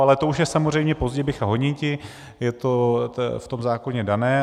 Ale to už je samozřejmě pozdě bycha honiti, je to v tom zákoně dané.